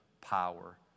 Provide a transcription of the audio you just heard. power